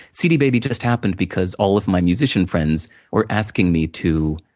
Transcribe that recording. cdbaby just happened because all of my musician friends were asking me to